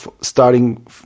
starting